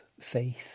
faith